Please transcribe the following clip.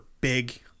big